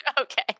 Okay